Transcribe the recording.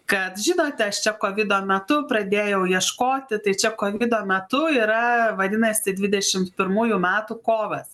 kad žinote aš čia kovido metu pradėjau ieškoti tai čia kovido metu yra vadinasi dvidešimt pirmųjų metų kovas